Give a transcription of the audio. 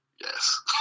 Yes